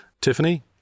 Tiffany